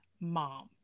mom